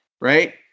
Right